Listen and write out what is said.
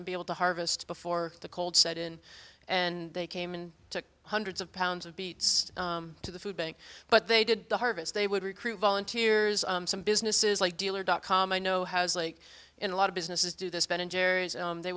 to be able to harvest before the cold set in and they came and took hundreds of pounds of beets to the food bank but they did the harvest they would recruit volunteers some businesses like dealer dot com i know has like in a lot of businesses do this ben and jerrys they